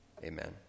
Amen